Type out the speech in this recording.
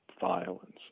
violence